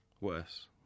Worse